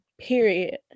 period